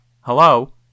Hello